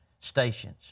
stations